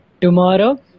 Tomorrow